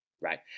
Right